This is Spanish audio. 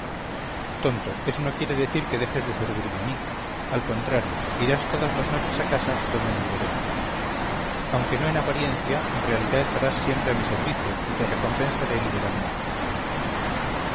tonto eso no quiere decir que dejes de servirme a mí al contrario irás todas las noches a casa donde nos veremos aunque no en apariencia en realidad estarás siempre a mi servicio y te recompensaré